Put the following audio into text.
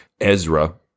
Ezra